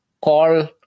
call